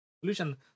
solution